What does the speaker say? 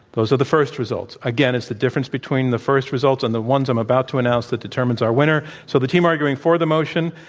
those are the first results. again, it's the difference between the first results and the ones i'm about to announce that determines our winner. so, the team arguing for the motion.